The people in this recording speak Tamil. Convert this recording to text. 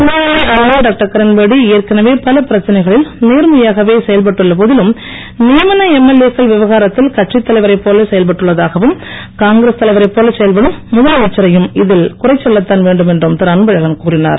துணைநிலை ஆளுநர் டாக்டர் கிரண்பேடி ஏற்கனவே பல பிரச்சனைகளில் நேர்மையாகவே செயல்பட்டுள்ள போதிலும் நியமன எம்எல்ஏ க்கள் விவகாரத்தில் கட்சித் தலைவரை போல செயல்பட்டுள்ளதாகவும் காங்கிரஸ் தலைவரை போல செயல்படும் முதலமைச்சரையும் இதில் குறை சொல்லதான் வேண்டும் என்றும் திருஅன்பழகன் கூறினார்